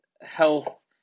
health